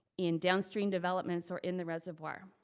in downstream developments or in the reservoir.